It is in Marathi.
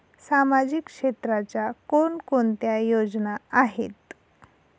सामाजिक क्षेत्राच्या कोणकोणत्या योजना आहेत?